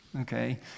Okay